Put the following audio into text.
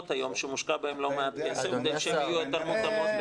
שמושקע בהן לא מעט כסף כדי שהן יהיו יותר מותאמות.